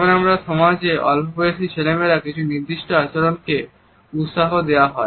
যেমন অনেক সমাজে অল্পবয়সী ছেলেমেয়েদের কিছু নির্দিষ্ট আচরণকে উৎসাহ দেওয়া হয়